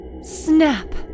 Snap